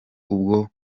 ubwo